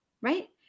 right